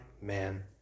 man